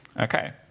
Okay